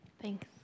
Thanks